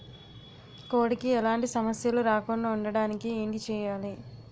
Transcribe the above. కోడి కి ఎలాంటి సమస్యలు రాకుండ ఉండడానికి ఏంటి చెయాలి?